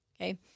Okay